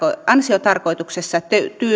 ansiotarkoituksessa